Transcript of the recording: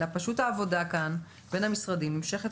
אלא פשוט העבודה כאן בין המשרדים נמשכת